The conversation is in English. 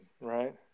right